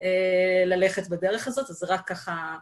ללכת בדרך הזאת, אז רק ככה...